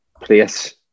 place